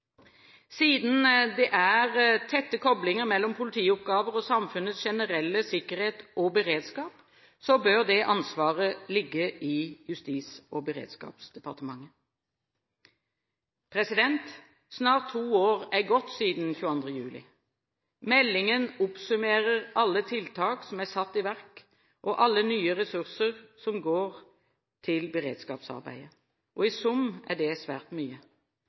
Siden det er «tette koblinger mellom politioppgavene og samfunnets generelle sikkerhet og beredskap», bør det ansvaret ligge i Justis- og beredskapsdepartementet. Snart to år er gått siden 22. juli. Meldingen oppsummerer alle tiltak som er satt i verk, og alle nye ressurser som går til beredskapsarbeidet. I sum er det svært mye.